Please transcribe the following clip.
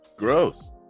gross